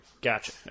Gotcha